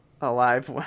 Alive